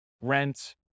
rent